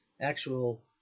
actual